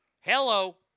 Hello